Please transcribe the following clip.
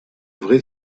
vrai